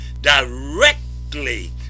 directly